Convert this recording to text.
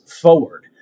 forward